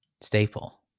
staple